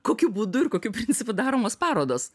kokiu būdu ir kokiu principu daromos parodos